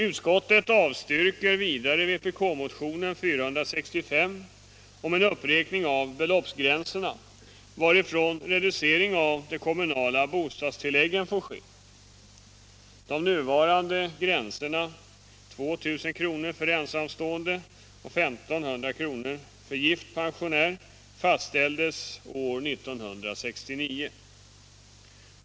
Utskottet avstyrker vidare vpk-motionen 465 om en uppräkning av de beloppsgränser för sidoinkomster vid vilka reducering av de kommunala bostadstilläggen får ske. De nuvarande högsta beloppen — 2 000 kr. för ensamstående och 1 500 kr. för gift pensionär — fastställdes år 1969.